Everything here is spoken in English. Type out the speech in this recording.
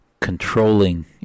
controlling